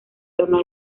torno